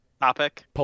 topic